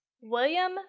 William